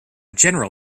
general